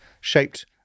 shaped